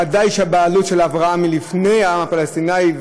ודאי שהבעלות של אברהם היא לפני העם הפלסטיני,